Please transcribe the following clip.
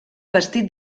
vestit